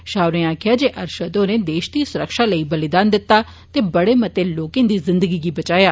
षाह होरें आक्खेआ जे अरषद होरें देष दी सुरक्षा लेई बलिदान दित्ता ते बड़े मते लोकें दी जिन्दगी गी बचाया